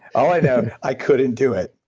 all i know i couldn't do it,